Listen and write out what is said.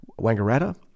Wangaratta